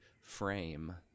frame